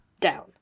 down